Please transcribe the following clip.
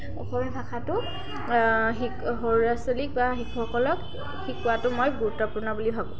অসমীয়া ভাষাটো শি সৰু ল'ৰা ছোৱালীক বা শিশুসকলক শিকোৱাটো মই গুৰুত্বপূৰ্ণ বুলি ভাবোঁ